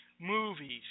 movies